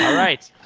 right.